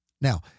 Now